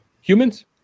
Humans